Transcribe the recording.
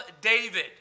David